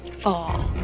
fall